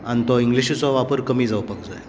आनी तो इंग्लीशिचो वापर कमी जावपाक जाय